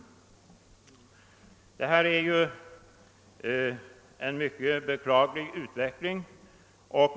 Detta är ju en mycket beklaglig utveckling.